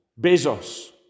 Bezos